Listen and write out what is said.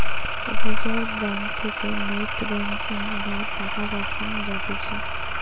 reserve Bank থেকে NEFT banking বা টাকা পাঠান যাতিছে